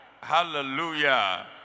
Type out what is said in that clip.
Hallelujah